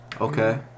Okay